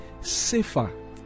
safer